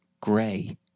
gray